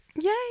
Yay